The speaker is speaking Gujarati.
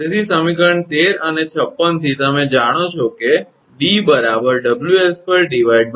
તેથી સમીકરણ 13 અને 56 થી તમે જાણો છો કે 𝑑 𝑊𝐿2 8𝐻